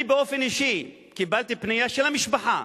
אני באופן אישי קיבלתי פנייה של המשפחה,